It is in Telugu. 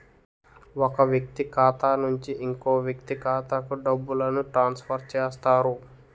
ఒక వ్యక్తి ఖాతా నుంచి ఇంకో వ్యక్తి ఖాతాకు డబ్బులను ట్రాన్స్ఫర్ చేస్తారు